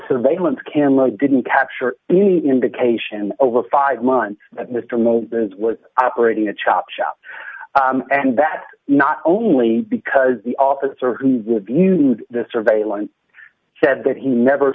surveillance camera didn't capture any indication over five months that mr miller was operating a chop shop and that not only because the officer who would use the surveillance said that he never